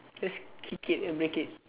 just kick it and break it